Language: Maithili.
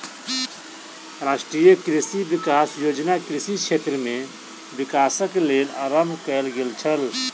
राष्ट्रीय कृषि विकास योजना कृषि क्षेत्र में विकासक लेल आरम्भ कयल गेल छल